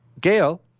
Gail